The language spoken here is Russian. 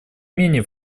менее